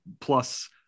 plus –